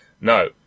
No